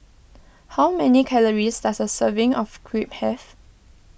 how many calories does a serving of Crepe have